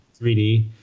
3D